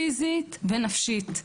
פיזית ונפשית.